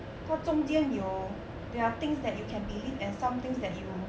它中间有 there are things that you can believe and some things that you